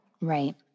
Right